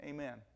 Amen